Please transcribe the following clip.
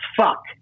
fuck